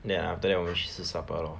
then after that 我们去吃 supper lor